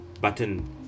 button